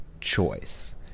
choice